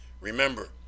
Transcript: Remember